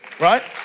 Right